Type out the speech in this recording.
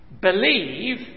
believe